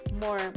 more